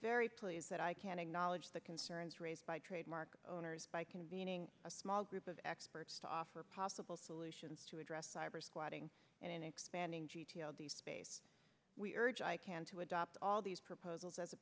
very pleased that i can acknowledge the concerns raised by trademark owners by convening a small group of experts to offer possible solutions to address cybersquatting and in expanding g t o these space we urge icann to adopt all these proposals as a